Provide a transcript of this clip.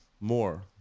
more